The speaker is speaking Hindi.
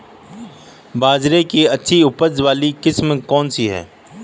बाजरे की अच्छी उपज वाली किस्म कौनसी है?